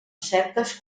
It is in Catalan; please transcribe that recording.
certes